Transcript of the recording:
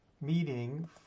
meeting